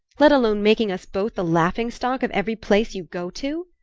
let alone making us both the laughing-stock of every place you go to!